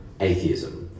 atheism